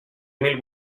mil